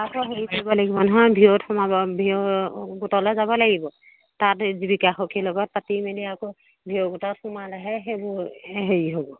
তাহাতেও হেৰি কৰিব লাগিব নহয় ভিঅ'ত সোমাব ভিঅ' গোটলৈ যাব লাগিব তাত জীৱিকা সখীৰ লগত পাতি মেলি আকৌ ভিঅ' গোটত সোমালেহে সেইবোৰ হেৰি হ'ব